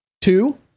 Two